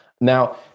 Now